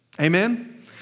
Amen